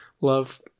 love